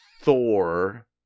Thor